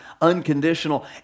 unconditional